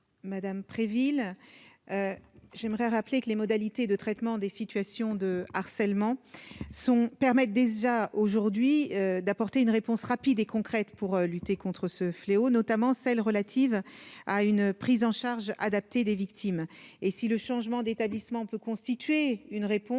madame Préville j'aimerais rappeler que les modalités de traitement des. Une situation de harcèlement sont permettent déjà aujourd'hui d'apporter une réponse rapide et concrète pour lutter contre ce fléau, notamment celles relatives à une prise en charge adaptée des victimes. Et si le changement d'établissement peut constituer une réponse,